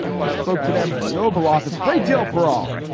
just spoke to them from the oval office. great deal for all.